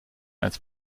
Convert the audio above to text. als